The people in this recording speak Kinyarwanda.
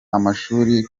amashuri